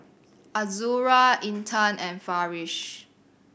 Azura Intan and Farish